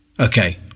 Okay